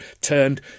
Turned